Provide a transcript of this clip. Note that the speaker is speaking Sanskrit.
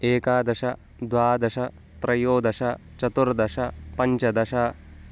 एकादश द्वादश त्रयोदश चतुर्दश पञ्चदश